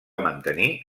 mantenir